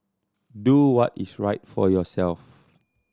do what is right for yourself